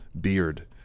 beard